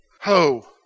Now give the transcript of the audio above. Ho